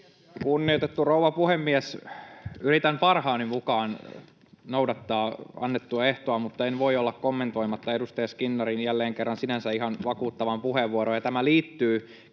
Kunnioitettu rouva puhemies! Yritän parhaani mukaan noudattaa annettua ehtoa, mutta en voi olla kommentoimatta edustaja Skinnarin jälleen kerran sinänsä ihan vakuuttavaa puheenvuoroa.